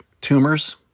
tumors